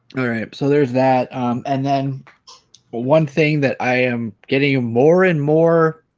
alright so there's that and then one thing that i am getting you more and more